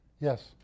Yes